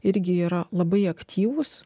irgi yra labai aktyvus